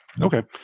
Okay